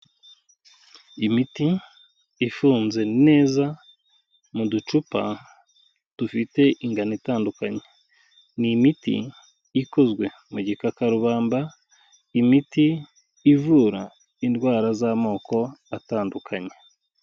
Imiti ifunze neza mu ducupa dufite ingano itandukanye, ni imiti ikozwe mu gikakarubamba, imiti ivura indwara z'amoko atandukanye.